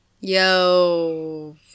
Yo